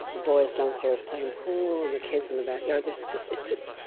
the boys downstairs playing pool, the kids in the backyard. it's just it's just i